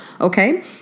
Okay